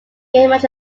gained